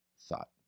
thought